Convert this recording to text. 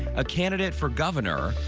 a candidate for governor,